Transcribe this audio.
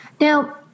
Now